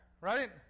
right